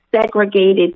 segregated